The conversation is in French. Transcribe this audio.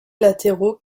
latéraux